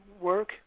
work